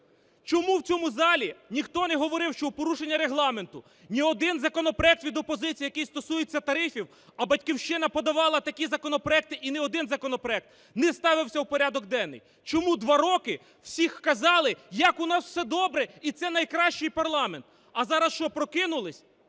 Чому в цьому залі ніхто не говорив, що в порушення Регламенту ні один законопроект від опозиції, який стосується тарифів, а "Батьківщина" подавала такі законопроекти і не один законопроект, не ставився у порядок денний? Чому два рови всі казали, як у нас все добре і це найкращий парламент, а зараз, що, прокинулись,